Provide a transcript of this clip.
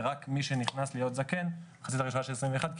זה רק מי שנכנס להיות זקן במחצית הראשונה של 2021,